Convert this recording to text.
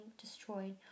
destroyed